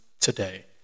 today